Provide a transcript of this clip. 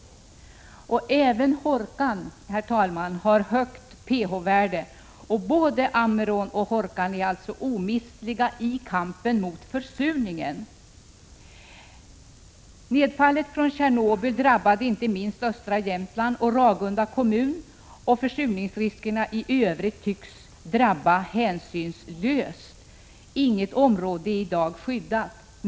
Även Hårkan har ett högt pH-värde. Både Ammerån och Hårkan är alltså omistliga i kampen mot försurningen. Nedfallet från Tjernobyl drabbade inte minst östra Jämtland och Ragunda kommun. Försurningen i övrigt tycks drabba olika områden hänsynslöst. Inget område är i dag skyddat.